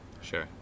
Sure